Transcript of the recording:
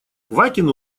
квакин